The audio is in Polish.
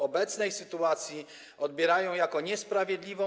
Obecną sytuację odbierają jako niesprawiedliwą.